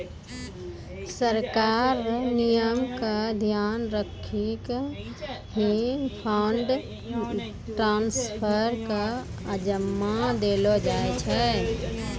सरकार र नियम क ध्यान रखी क ही फंड ट्रांसफर क अंजाम देलो जाय छै